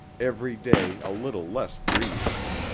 every day a little less brief.